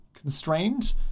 constrained